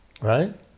right